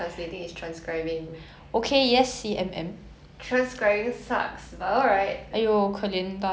ya cause 很吃力 and you need like your brain to work